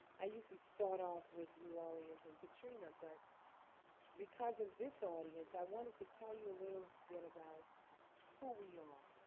i usually start off with new orleans and katrina, but because of this audience, i wanted to tell you a little bit about who we are,